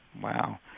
Wow